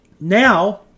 Now